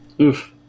Oof